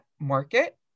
market